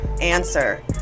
answer